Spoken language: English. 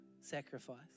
sacrifice